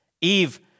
Eve